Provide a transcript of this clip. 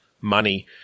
money